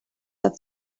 have